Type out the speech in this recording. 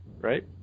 Right